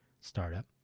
startup